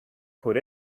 put